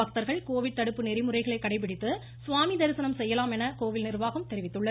பக்தர்கள் கோவிட் தடுப்பு நெறிமுறைகளை கடைபிடித்து சுவாமி தரிசனம் செய்யலாம் என கோவில் நிர்வாகம் தெரிவித்துள்ளது